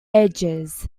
edges